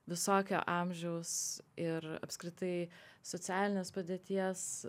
visokio amžiaus ir apskritai socialinės padėties